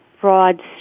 broad